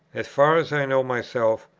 as far as i know myself,